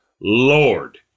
Lord